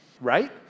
right